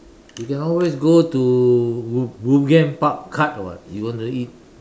you can always go to woo~ woo~ and park card [what] you want to eat